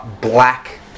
black